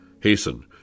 Hasten